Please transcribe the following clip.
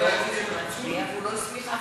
אפשר,